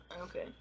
Okay